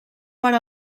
per